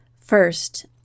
First